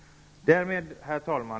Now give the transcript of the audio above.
Herr talman!